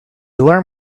alarm